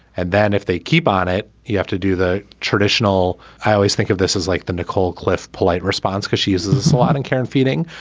and then if they keep on it, you have to do the traditional. i always think of this as like the nicole cliff polite response, cause she uses the slot and karen feting.